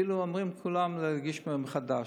כאילו אומרים: כולם להגיש מחדש,